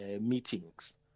meetings